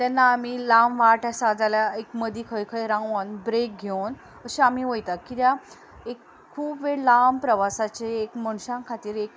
तेन्ना आमी लाम वाट आसा जाल्यार एक मदीं खंय रावून ब्रेक घेवन अशी आमी वयता किद्या एक खूब वेळ लाम प्रवासाचेर एक मनशा खातीर एक